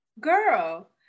girl